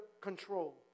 control